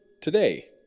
today